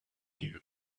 you